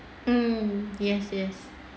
mm yes yes